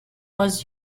was